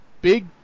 Big